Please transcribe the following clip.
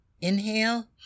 inhale